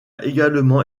également